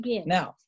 now